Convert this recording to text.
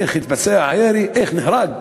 איך התבצע הירי, איך נהרג.